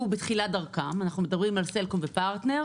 בתחילת דרכם אנחנו מדברים סלקום ופרטנר